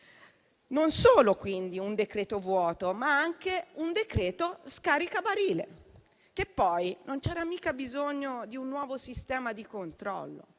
Non solo quindi un decreto vuoto, ma anche un decreto scarica barile. Non c'era mica bisogno di un nuovo sistema di controllo.